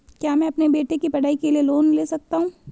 क्या मैं अपने बेटे की पढ़ाई के लिए लोंन ले सकता हूं?